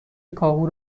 کاهو